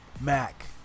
Mac